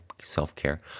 self-care